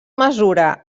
mesura